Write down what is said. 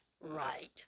Right